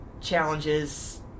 challenges